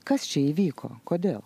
kas čia įvyko kodėl